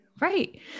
Right